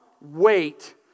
wait